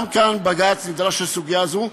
גם כאן בג"ץ נדרש לסוגיה זו,